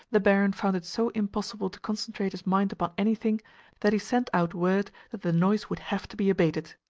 the barin found it so impossible to concentrate his mind upon anything that he sent out word that the noise would have to be abated.